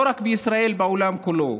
לא רק בישראל, בעולם כולו.